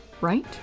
right